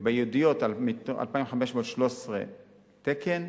וביהודיות 2,513 תקן,